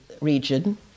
region